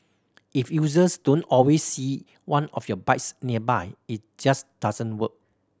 if users don't always see one of your bikes nearby it just doesn't work